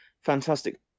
fantastic